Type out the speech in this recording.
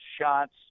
shots